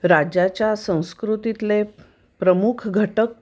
राज्याच्या संस्कृतीतले प्रमुख घटक